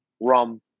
rum